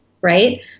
right